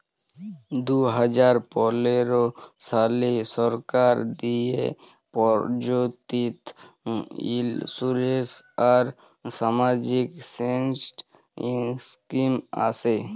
দু হাজার পলের সালে সরকার দিঁয়ে পরযোজিত ইলসুরেলস আর সামাজিক সেক্টর ইস্কিম আসে